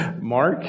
Mark